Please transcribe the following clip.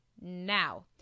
now